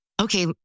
okay